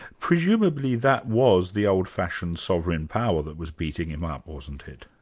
presumably that was the old-fashioned sovereign power that was beating him up, wasn't it?